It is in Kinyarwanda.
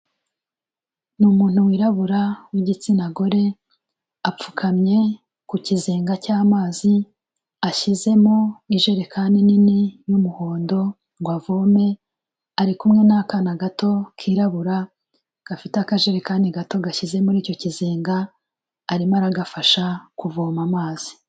Ni umuntu wirabura w'igitsina gore apfukamye ku kizenga cy'amazi, ashyizemo ijerekani nini y'umuhondo ngo avome ari kumwe n'akana gato kirabura gafite akajerekani gato gashyize muri icyo kizenga arimo aragafasha kuvoma amazi.